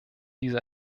diese